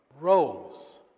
Rose